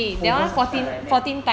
over subscribe I think